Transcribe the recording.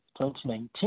2019